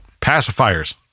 pacifiers